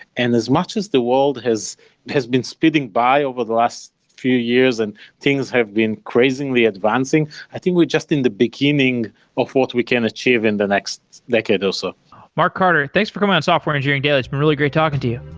and as much as the world has has been speeding by over the last few years and things have been crazily advancing, i think we're just in the beginning of what we can achieve in the next decade or so mark carter thanks for coming on software engineering daily. it's been really great talking to you.